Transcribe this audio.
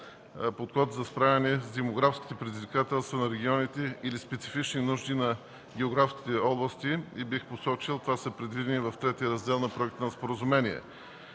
подход за справяне с демографските предизвикателства на регионите или специфични нужди на географските области. Те са предвидени в Трети раздел на проекта на споразумение.